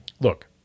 Look